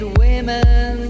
women